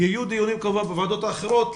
יהיו דיונים כמובן בוועדות אחרות.